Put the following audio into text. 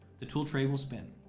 the tool tray will spin.